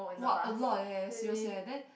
!wah! a lot leh seriously then